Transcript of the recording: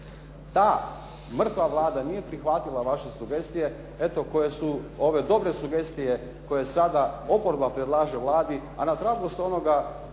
ta mrtva Vlada nije prihvatila vaše sugestije, eto koje su ove dobre sugestije koje sada oporba predlaže Vladi, a na tragu ste onoga